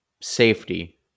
safety